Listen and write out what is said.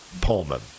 Pullman